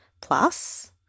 plus